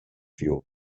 fuel